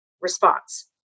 response